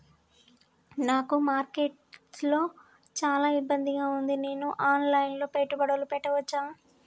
నాకు మార్కెట్స్ లో చాలా ఇబ్బందిగా ఉంది, నేను ఆన్ లైన్ లో పెట్టుబడులు పెట్టవచ్చా?